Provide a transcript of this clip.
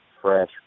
fresh